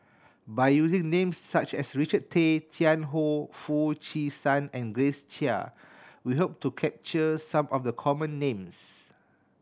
by using names such as Richard Tay Tian Hoe Foo Chee San and Grace Chia we hope to capture some of the common names